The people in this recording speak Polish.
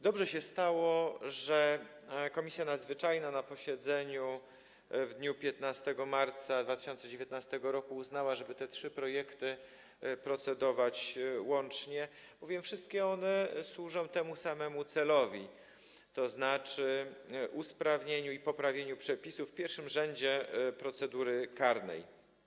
Dobrze się stało, że Komisja Nadzwyczajna na posiedzeniu w dniu 15 marca 2019 r. uznała, że nad tymi trzema projektami trzeba procedować łącznie, bowiem wszystkie one służą temu samemu celowi, tzn. usprawnieniu postępowania i poprawieniu przepisów, w pierwszym rzędzie - procedury karnej.